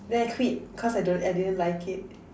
then I quit cause I don't I didn't like it